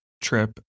trip